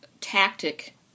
tactic